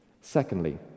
Secondly